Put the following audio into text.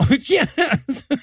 Yes